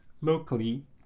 locally